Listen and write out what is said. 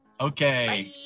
Okay